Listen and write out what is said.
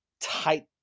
tight